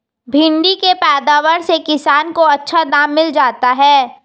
भिण्डी के पैदावार से किसान को अच्छा दाम मिल जाता है